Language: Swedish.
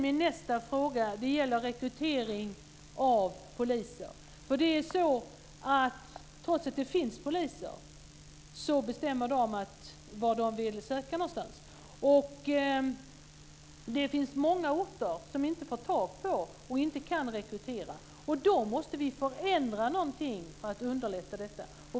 Min nästa fråga gäller rekrytering av poliser. Det finns poliser, men de bestämmer var de vill söka någonstans. Det finns många orter som inte får tag på och inte kan rekrytera poliser. Då måste vi förändra någonting för att underlätta detta.